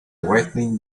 wedding